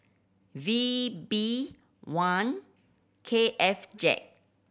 V B one K F Z